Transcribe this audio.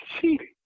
cheating